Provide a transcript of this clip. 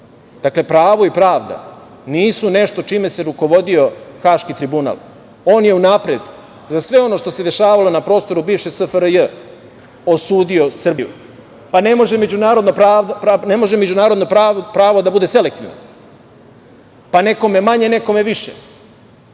Dakle, pravo i pravda nisu nešto čime se rukovodio Haški tribunal, on je unapred za sve ono što se dešavalo na prostoru bivše SFRJ osudio Srbiju. Ne može međunarodno pravo da bude selektivno, pa nekome manje, nekome više,